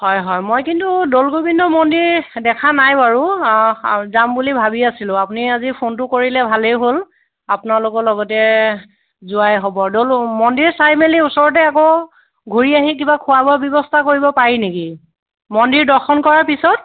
হয় হয় মই কিন্তু দৌলগোবিন্দ মন্দিৰ দেখা নাই বাৰু যাম বুলি ভাবি আছিলোঁ আপুনি আজি ফোনটো কৰিলে ভালেই হ'ল আপোনালোকৰ লগতে যোৱাই হ'ব দৌল মন্দিৰ চাই মেলি ওচৰতে আকৌ ঘূৰি আহি কিবা খোৱা বোৱা ব্যৱস্থা কৰিব পাৰি নেকি মন্দিৰ দৰ্শন কৰাৰ পিছত